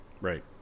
Right